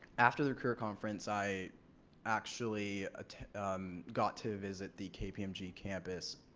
after the career conference i actually got to visit the kpmg campus.